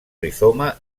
rizoma